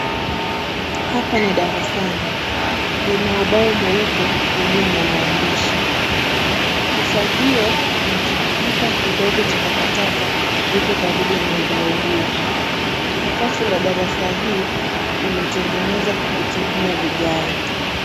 Hapa ni darasani, Lina ubao mweupe uliyo na maandishi. Ufagio na kipipa kidogo cha takataka viko karibu na ubao huo. Sakafu la darasa hii imetengenezwa kwa kutumia vigae.